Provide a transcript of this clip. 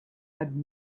had